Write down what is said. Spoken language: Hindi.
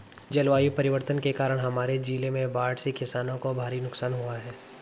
जलवायु परिवर्तन के कारण हमारे जिले में बाढ़ से किसानों को भारी नुकसान हुआ है